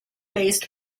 based